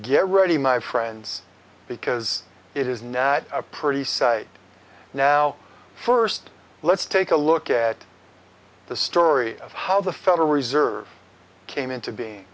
get ready my friends because it is now a pretty sight now first let's take a look at the story of how the federal reserve came into being